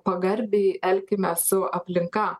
pagarbiai elkimės su aplinka